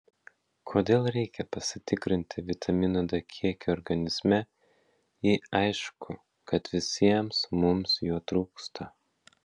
kodėl reikia pasitikrinti vitamino d kiekį organizme jei aišku kad visiems mums jo trūksta